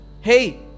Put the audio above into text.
Hey